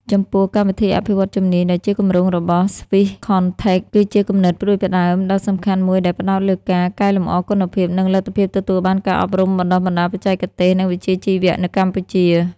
ចំពោះ កម្មវិធីអភិវឌ្ឍន៍ជំនាញ ដែលជាគម្រោងរបស់ ស្វីស ខនថេក Swisscontact គឺជាគំនិតផ្តួចផ្តើមដ៏សំខាន់មួយដែលផ្តោតលើការ កែលម្អគុណភាព និងលទ្ធភាពទទួលបានការអប់រំបណ្តុះបណ្តាលបច្ចេកទេស និងវិជ្ជាជីវៈ នៅកម្ពុជា។